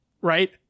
right